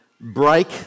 break